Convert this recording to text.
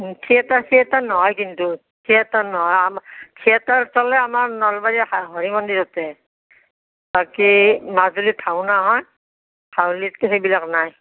theatre নহয় কিন্তু theatre নহয় থিয়েটাৰ চলে আমাৰ নলবাৰীৰ হৰি মন্দিৰতে বাকী মাজুলীত ভাওনা হয় হাউলীততো সেইবিলাক নাই